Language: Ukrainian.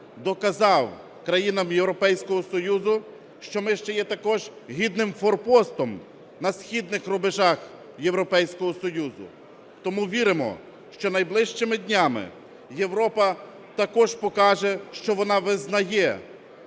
доказав країнам Європейського Союзу, що ми є ще також гідним форпостом на східних рубежах Європейського Союзу. Тому віримо, що найближчими днями Європа також покаже, що вона визнає